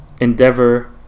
endeavor